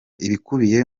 ibikubiye